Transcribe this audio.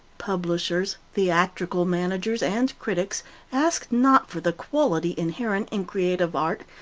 publishers, theatrical managers, and critics ask not for the quality inherent in creative art,